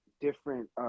different